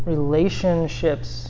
relationships